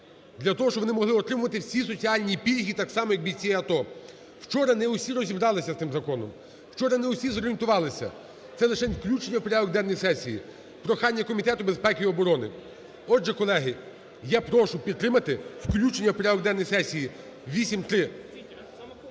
для того щоб вони могли отримувати всі соціальні пільги так само, як бійці АТО. Вчора не всі розібрались з цим законом, вчора не всі зорієнтувалися. Це лишень включення в порядок денний сесії, прохання Комітету безпеки і оборони. Отже, колеги, я прошу підтримати включення в порядок денний сесії 8349,